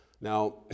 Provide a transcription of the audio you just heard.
Now